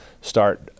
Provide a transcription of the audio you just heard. start